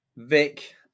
Vic